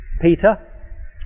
Peter